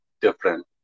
different